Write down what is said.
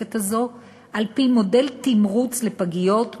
התוספת הזאת על-פי מודל תמרוץ לפגיות,